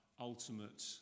ultimate